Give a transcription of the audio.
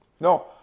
no